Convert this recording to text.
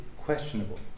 questionable